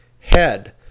head